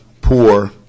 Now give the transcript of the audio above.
poor